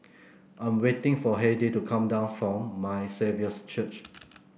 I'm waiting for Hedy to come down from My Saviour's Church